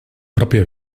pròpia